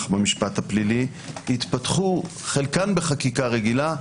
במשפט הפלילי יתפתחו חלקן בחקיקה רגילה,